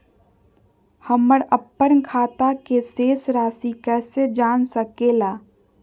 हमर अपन खाता के शेष रासि कैसे जान सके ला?